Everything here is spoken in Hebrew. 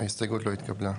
0 ההסתייגות לא התקבלה.